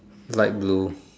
light blue